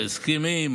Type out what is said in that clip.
הסכמי חכירה.